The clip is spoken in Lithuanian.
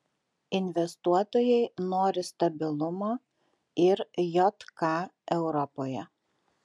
investuotojai nori stabilumo ir jk europoje